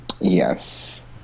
yes